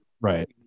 Right